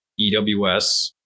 EWS